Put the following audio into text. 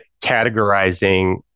categorizing